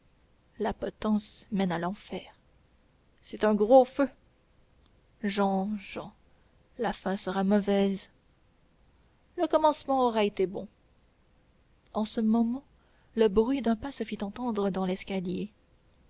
la potence mène à l'enfer c'est un gros feu jehan jehan la fin sera mauvaise le commencement aura été bon en ce moment le bruit d'un pas se fit entendre dans l'escalier